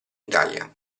italia